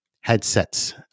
headsets